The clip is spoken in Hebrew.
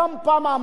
התשובה היא לא.